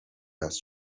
است